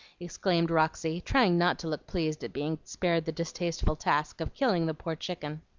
exclaimed roxy, trying not to look pleased at being spared the distasteful task of killing the poor chicken.